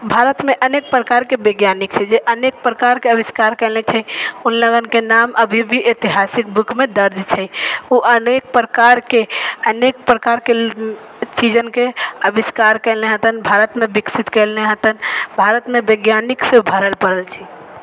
भारतमे अनेक प्रकारके वैज्ञानिक छै जे अनेक प्रकारके आविष्कार कएले छै उनलोगनके नाम अभी भी ऐतिहासिक बुकमे दर्ज छै ओ अनेक प्रकारके अनेक प्रकारके चीजनके अविष्कार कएले हतन भारतमे विकसित कएले हतन भारतमे वैज्ञानिकसँ भरल पड़ल छै